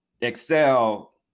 excel